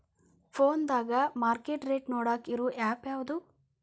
ಫೋನದಾಗ market rate ನೋಡಾಕ್ ಇರು ಆ್ಯಪ್ ಯಾವದು?